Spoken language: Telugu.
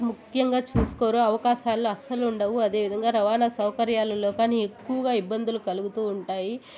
ముఖ్యంగా చూసుకోరు అవకాశాలు అస్సలు ఉండవు అదేవిధంగా రవాణా సౌకర్యాలలో కాని ఎక్కువగా ఇబ్బందులు కలుగుతూ ఉంటాయి